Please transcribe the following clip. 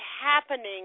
happening